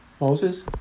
Moses